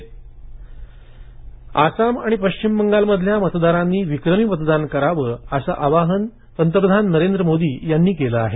पंतप्रधान आवाहन आसाम आणि पश्चिम बंगालमधल्या मतदारांनी विक्रमी मतदान करावं असं आवाहन पंतप्रधान नरेंद्र मोदी यांनी केलं आहे